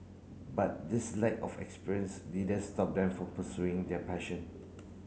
but this lack of experience didn't stop them from pursuing their passion